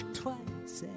twice